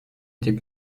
était